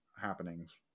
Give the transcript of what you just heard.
happenings